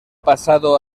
pasado